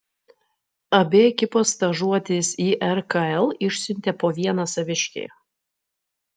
abi ekipos stažuotis į rkl išsiuntė po vieną saviškį